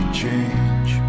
change